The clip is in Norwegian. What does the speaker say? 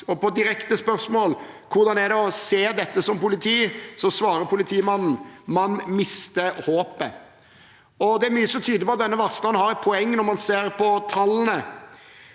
på direkte spørsmål om hvordan det er å se dette som politi, svarte politimannen: «Man mister håpet.» Det er mye som tyder på at denne varsleren har et poeng, når man ser på tallene.